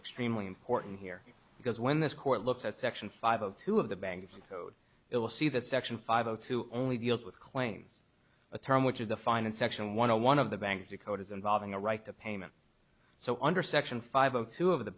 extremely important here because when this court looked at section five of two of the bank's code it will see that section five o two only deals with claims a term which is defined in section one hundred one of the bank's decoders involving a right to payment so under section five of two of the